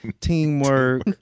teamwork